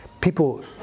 people